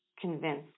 convinced